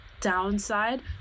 downside